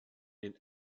den